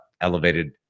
elevated